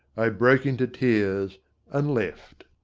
i broke into tears and left.